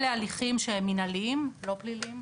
אלה הליכים מנהליים, לא פליליים.